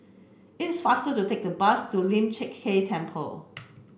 it's faster to take the bus to Lian Chee Kek Temple